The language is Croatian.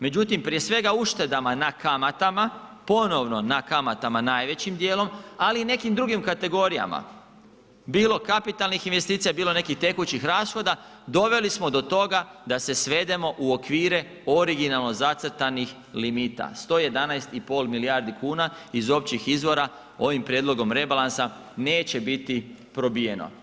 Međutim, prije svega uštedama na kamatama ponovno na kamatama najvećim dijelom, ali i nekim drugim kategorijama bilo kapitalnih investicija, bilo nekih tekućih rashoda doveli smo do toga da se svedemo u okvire originalno zacrtanih limita 11,5 milijardi kuna iz općih izvora ovim prijedlogom rebalansa neće biti probijeno.